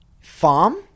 farm